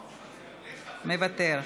מוותר.